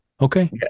Okay